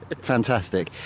fantastic